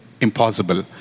impossible